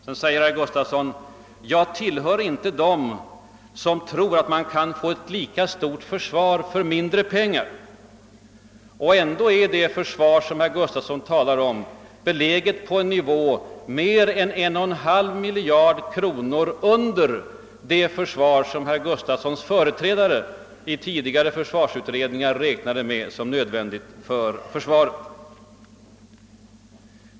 Sedan säger herr Gustafsson i Uddevalla: »Jag tillhör inte dem som tror att man kan få ett lika stort försvar för mindre pengar.» Och ändå är det försvar som herr Gustafsson nu talar för beläget på en anslagsnivå mer än 1,5 miljard kronor under det försvar som herr Gustafssons företrädare i tidigare försvarsutredningar räknade med som nödvändigt.